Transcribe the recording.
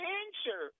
answer